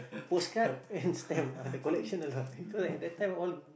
postcard and stamp ah the collection a lot cause at the time all